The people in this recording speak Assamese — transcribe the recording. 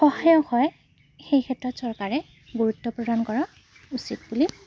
সহায়ক হয় সেই ক্ষেত্ৰত চৰকাৰে গুৰুত্ব প্ৰদান কৰা উচিত বুলি মোৰ